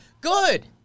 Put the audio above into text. good